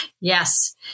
Yes